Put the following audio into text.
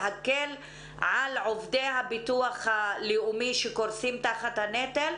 להקל על עובדי הביטוח הלאומי שקורסים תחת הנטל.